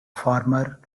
former